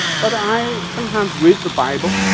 but i sometimes read the bible,